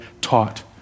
taught